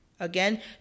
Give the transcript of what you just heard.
Again